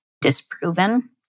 disproven